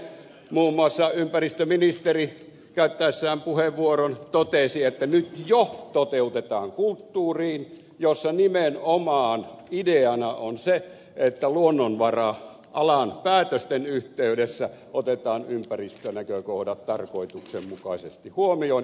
muun muassa ympäristöministeri käyttäessään puheenvuoron totesi että nyt jo toteutetaan kulttuuria jossa nimenomaan ideana on se että luonnonvara alan päätösten yhteydessä otetaan ympäristönäkökohdat tarkoituksenmukaisesti huomioon